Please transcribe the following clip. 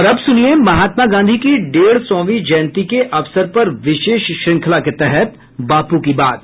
और अब सुनिये महात्मा गांधी की डेढ़ सौंवीं जयंती के अवसर पर विशेष श्रंखला के तहत बापू की बात